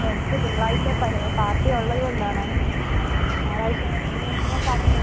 എനിക്ക് തിങ്കളാഴ്ച പാർട്ടി ഉള്ളത് കൊണ്ടാണ് ഞായറാഴ്ച ഞങ്ങൾ തന്നെ പറഞ്ഞത്